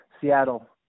Seattle